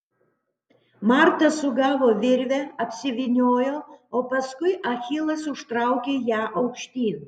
marta sugavo virvę apsivyniojo o paskui achilas užtraukė ją aukštyn